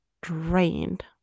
drained